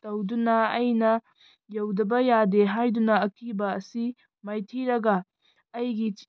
ꯇꯧꯗꯨꯅ ꯑꯩꯅ ꯌꯧꯗꯕ ꯌꯥꯗꯦ ꯍꯥꯏꯗꯨꯅ ꯑꯀꯤꯕ ꯑꯁꯤ ꯃꯥꯏꯊꯤꯔꯒ ꯑꯩꯒꯤ